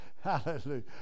hallelujah